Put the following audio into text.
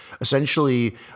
Essentially